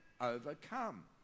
overcome